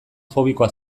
fobikoa